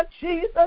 Jesus